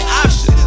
options